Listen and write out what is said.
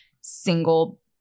single